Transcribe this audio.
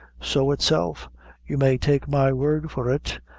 so itself you may take my word for it,